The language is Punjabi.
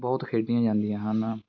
ਬਹੁਤ ਖੇਡੀਆਂ ਜਾਂਦੀਆਂ ਹਨ